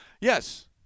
yes